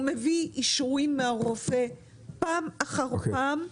הוא מביא אישורים מן הרופא פעם אחר פעם,